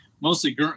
mostly